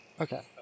Okay